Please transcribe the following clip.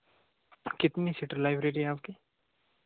कितनी seater library है आपकी